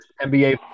NBA